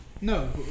No